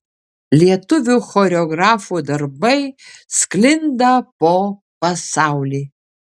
lietuvių choreografų darbai sklinda po pasaulį